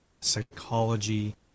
psychology